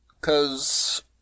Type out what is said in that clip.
cause